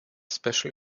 special